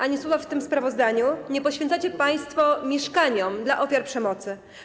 Ani słowa w tym sprawozdaniu nie poświęcacie państwo mieszkaniom dla ofiar przemocy.